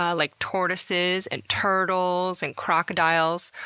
ah like tortoises, and turtles, and crocodiles,